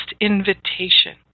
invitation